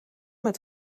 met